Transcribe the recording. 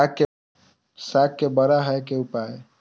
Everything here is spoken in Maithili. साग के बड़ा है के उपाय?